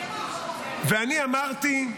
ואני אמרתי: